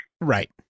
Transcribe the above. Right